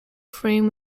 frame